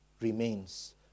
remains